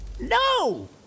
No